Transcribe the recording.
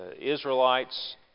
Israelites